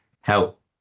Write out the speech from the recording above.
help